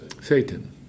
Satan